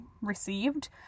received